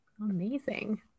Amazing